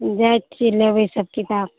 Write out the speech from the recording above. जाए छिए लेबै सब किताब